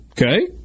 Okay